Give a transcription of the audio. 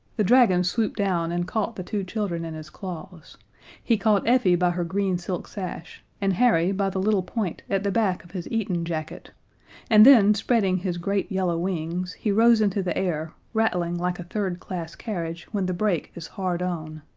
the dragon swooped down and caught the two children in his claws he caught effie by her green silk sash, and harry by the little point at the back of his eton jacket and then, spreading his great yellow wings, he rose into the air, rattling like a third-class carriage when the brake is hard on.